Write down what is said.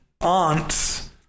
aunts